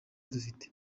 dufite